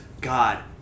God